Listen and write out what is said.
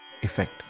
effect